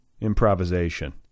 improvisation